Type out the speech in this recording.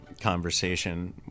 conversation